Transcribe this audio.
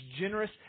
generous